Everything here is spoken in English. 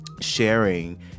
sharing